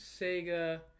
Sega